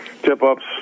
tip-ups